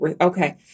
Okay